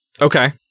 Okay